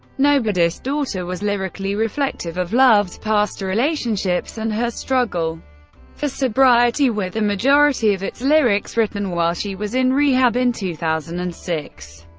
nobody's daughter was lyrically reflective of love's past relationships and her struggle for sobriety, with the majority of its lyrics written while she was in rehab in two thousand and six.